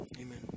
amen